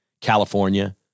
California